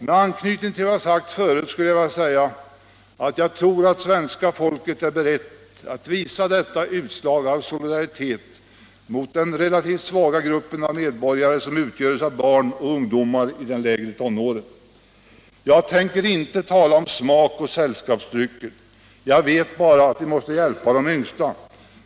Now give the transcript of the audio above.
Med anknytning till vad jag sagt förut skulle jag vilja säga att jag tror att svenska folket är berett att visa detta utslag av solidaritet mot den relativt svaga grupp medborgare som utgörs av barn och ungdomar i de lägre tonåren. Jag tänker inte tala om smak och sällskapsdrycker. Jag vet bara att vi måste hjälpa de yngsta, att